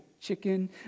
chicken